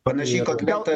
panaši į kotletą